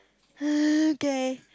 okay